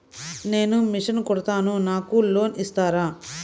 నేను మిషన్ కుడతాను నాకు లోన్ ఇస్తారా?